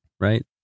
Right